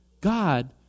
God